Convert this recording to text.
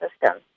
system